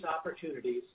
opportunities